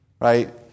right